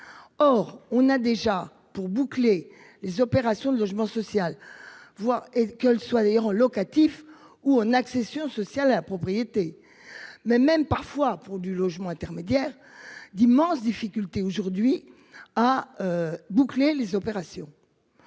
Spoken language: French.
Or on a déjà pour boucler les opérations de logement social. Voix et qu'elle soit d'ailleurs en locatif ou en accession sociale à la propriété mais même parfois pour du logement intermédiaire d'immenses difficultés aujourd'hui à. Boucler les opérations.